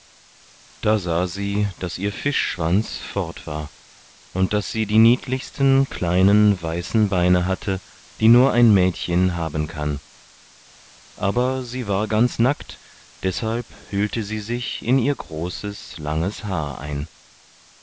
da sah sie daß ihr fischschwanz fort war und daß sie die niedlichsten kleinen weißen beine hatte die nur ein mädchen haben kann aber sie war ganz nackt deshalb hüllte sie sich in ihr großes langes haar ein